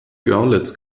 görlitz